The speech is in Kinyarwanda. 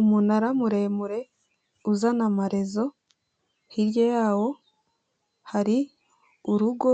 Umunara muremure uzana amarezo hirya yawo hari urugo